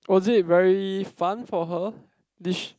was it very fun for her did she